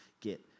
get